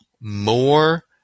more